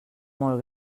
molt